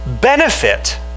benefit